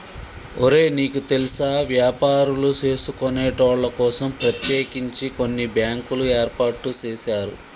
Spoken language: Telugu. ఒరే నీకు తెల్సా వ్యాపారులు సేసుకొనేటోళ్ల కోసం ప్రత్యేకించి కొన్ని బ్యాంకులు ఏర్పాటు సేసారు